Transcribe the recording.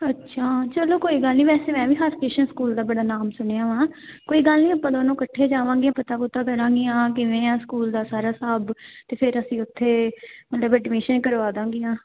ਅੱਛਾ ਚਲੋ ਕੋਈ ਗੱਲ ਨਹੀਂ ਵੈਸੇ ਮੈਂ ਵੀ ਹਰਕ੍ਰਿਸ਼ਨ ਸਕੂਲ ਦਾ ਬੜਾ ਨਾਮ ਸੁਣਿਆ ਵਾ ਕੋਈ ਗੱਲ ਨਹੀਂ ਆਪਾਂ ਦੋਨੋਂ ਇਕੱਠੇ ਜਾਵਾਂਗੇ ਪਤਾ ਪੁਤਾ ਕਰਾਂਗੀਆਂ ਕਿਵੇਂ ਆ ਸਕੂਲ ਦਾ ਸਾਰਾ ਹਿਸਾਬ ਅਤੇ ਫਿਰ ਅਸੀਂ ਉੱਥੇ ਮਤਲਬ ਐਡਮਿਸ਼ਨ ਕਰਵਾ ਦਾਂਗੀਆਂ